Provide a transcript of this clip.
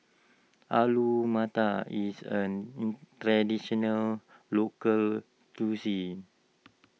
Alu Matar is an Traditional Local Cuisine